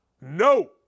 no